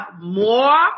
more